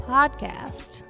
Podcast